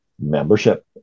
membership